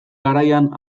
garaian